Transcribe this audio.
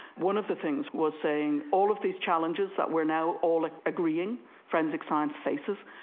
one of the things was saying all of these challenges that we are now all agreeing forensic science faces,